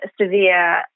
severe